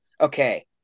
Okay